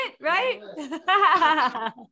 right